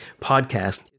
podcast